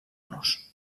nos